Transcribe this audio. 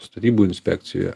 statybų inspekcioje